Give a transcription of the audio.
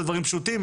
זה דברים פשוטים,